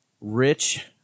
Rich